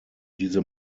diese